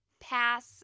pass